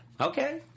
Okay